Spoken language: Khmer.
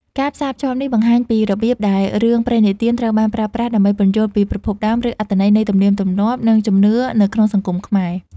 ការផ្សារភ្ជាប់នេះបង្ហាញពីរបៀបដែលរឿងព្រេងនិទានត្រូវបានប្រើប្រាស់ដើម្បីពន្យល់ពីប្រភពដើម ឬអត្ថន័យនៃទំនៀមទម្លាប់ និងជំនឿនៅក្នុងសង្គមខ្មែរ។